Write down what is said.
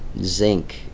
Zinc